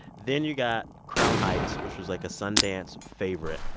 then you've got crown heights, which was, like, a sundance favorite.